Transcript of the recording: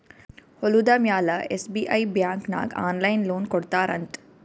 ಹೊಲುದ ಮ್ಯಾಲ SBI bank ನಾಗ್ ಆನ್ಲೈನ್ ಲೋನ್ ಕೊಡ್ತಾರ್ ಅಂತ್